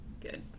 Good